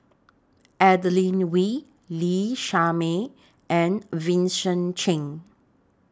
Adeline Lee Shermay and Vincent Cheng